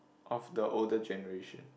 of the older generation